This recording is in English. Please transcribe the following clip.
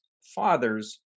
fathers